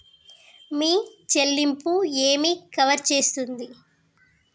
మీ చెల్లింపు ఏమి కవర్ చేస్తుంది?